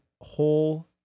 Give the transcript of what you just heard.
whole